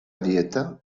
dieta